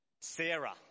Sarah